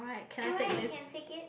alright you can take it